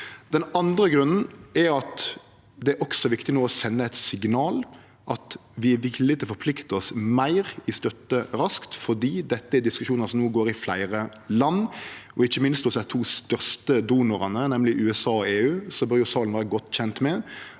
Den andre grunnen er at det også er viktig no å sende eit signal om at vi er villige til å forplikte oss til meir støtte raskt, for dette er diskusjonar som no går i fleire land. Ikkje minst hos dei to største donorane, USA og EU, bør salen vere godt kjend med